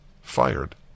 Fired